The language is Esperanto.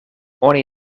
oni